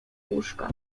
łóżka